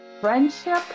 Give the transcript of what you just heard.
friendship